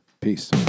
Peace